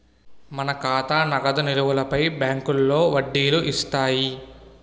మన ఖాతా నగదు నిలువులపై బ్యాంకులో వడ్డీలు ఇస్తాయి